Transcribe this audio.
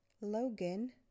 Logan